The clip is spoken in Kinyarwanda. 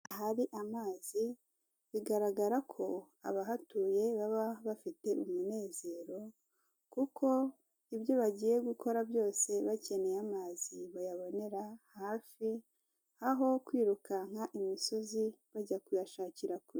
Ahari amazi bigaragara ko abahatuye baba bafite umunezero, kuko ibyo bagiye gukora byose bakeneye amazi bayabonera hafi, aho kwirukanka imisozi bajya kuyashakira kure.